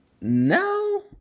No